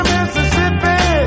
Mississippi